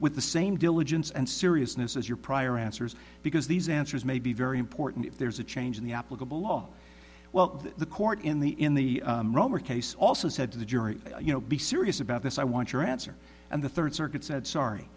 with the same diligence and seriousness as your prior answers because these answers may be very important if there's a change in the applicable law well the court in the in the case also said to the jury you know be serious about this i want your answer and the third circuit said sorry